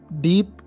deep